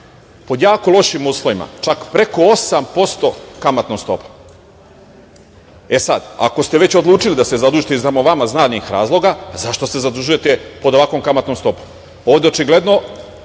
Pod jako lošim uslovima. Čak preko 8% kamatnom stopom. Ako ste već odlučili da se zadužite iz samo vama znanih razloga, zašto se zadužujete pod ovakvom kamatnom stopom? Ovde očigledno